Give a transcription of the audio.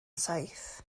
saith